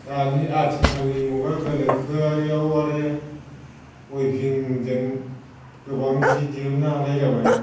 दानि आथिखालनि मुगायाव गोनोखोयारियाव आरो विंभिंजों गोबां सि दिहुननो हानाय जाबाय